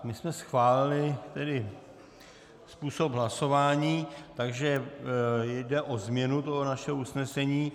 My jsme schválili způsob hlasování, takže jde o změnu našeho usnesení.